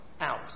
out